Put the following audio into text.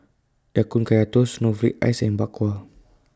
Ya Kun Kaya Toast Snowflake Ice and Bak Kwa